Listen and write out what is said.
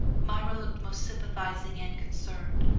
myra looked most sympathising and concerned.